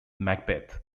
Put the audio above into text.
macbeth